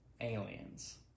aliens